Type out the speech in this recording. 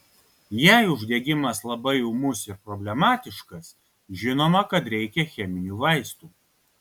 jei uždegimas labai ūmus ir problematiškas žinoma kad reikia cheminių vaistų